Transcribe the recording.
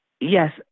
Yes